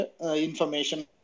information